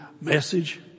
message